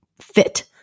fit